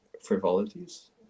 frivolities